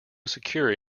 secure